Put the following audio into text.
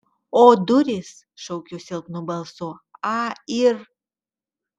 o durys šaukiu silpnu balsu a yr